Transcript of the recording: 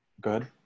good